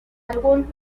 algún